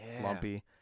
lumpy